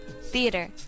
theater